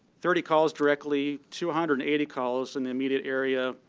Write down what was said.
thirty calls directly two hundred and eighty calls in the immediate area,